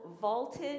vaulted